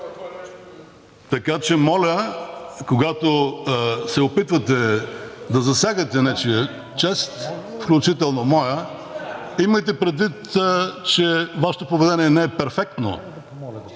Така че, моля, когато се опитвате да засягате нечия чест, включително моята, имайте предвид, че Вашето поведение не е перфектно